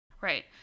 Right